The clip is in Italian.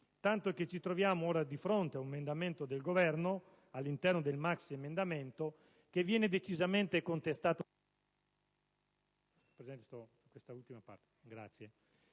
tanto che ora ci troviamo di fronte ad un emendamento del Governo, all'interno del maxiemendamento, che viene decisamente contestato